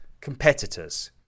competitors